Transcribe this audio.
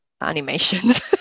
animations